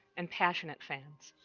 and passionate fans.